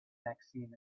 vaccine